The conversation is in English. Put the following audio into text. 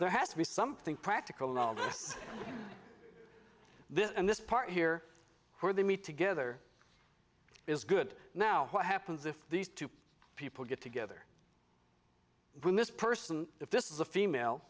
there has to be something practical in all this this and this part here where they meet together is good now what happens if these two people get together when this person if this is a female